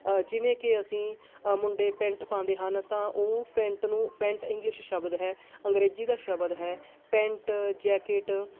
ਅ ਜਿਵੇਂ ਕਿ ਅਸੀਂ ਮੁੰਡੇ ਪੈਂਟ ਪਾਉਂਦੇ ਹਨ ਤਾਂ ਉਹ ਪੈਂਟ ਨੂੰ ਪੈਂਟ ਇੰਗਲਿਸ਼ ਸ਼ਬਦ ਹੈ ਅੰਗਰੇਜ਼ੀ ਦਾ ਸ਼ਬਦ ਹੈ ਪੈਂਟ ਜੈਕਿਟ